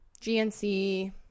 GNC